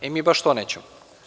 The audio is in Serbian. E, mi baš to nećemo.